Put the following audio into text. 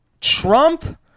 Trump